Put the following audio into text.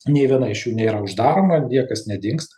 nė viena iš jų nėra uždaroma niekas nedingsta